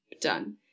done